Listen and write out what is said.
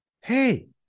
hey